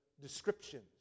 descriptions